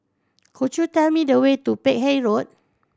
could you tell me the way to Peck Hay Road